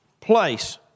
place